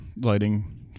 lighting